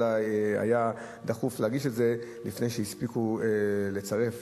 אלא היה דחוף להגיש את זה לפני שהספיקו לצרף